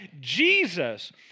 Jesus